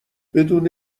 بدون